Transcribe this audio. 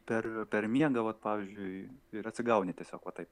per per miegą vat pavyzdžiui ir atsigauni tiesiog va taip